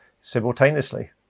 simultaneously